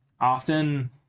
often